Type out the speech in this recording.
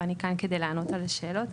ואני כאן כדי לענות על השאלות.